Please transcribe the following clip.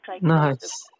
Nice